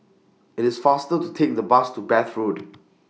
IT IS faster to Take The Bus to Bath Road